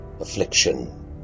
affliction